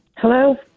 Hello